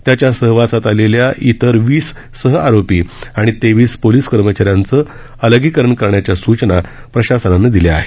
त्याच्या सहवासात आलेल्या इतर वीस सहआरोपी आणि तेवीस पोलिस कर्मचाऱ्यांचं अलगीकरण करण्याच्या सूचना प्रशासनानं दिल्या आहेत